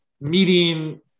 meeting